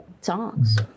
songs